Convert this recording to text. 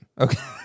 Okay